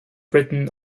written